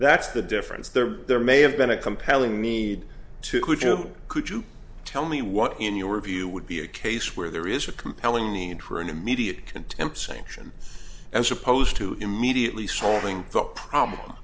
that's the difference there there may have been a compelling need to could you could you tell me what in your view would be a case where there is a compelling need for an immediate contempt sanction as opposed to immediately soling